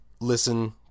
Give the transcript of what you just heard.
listen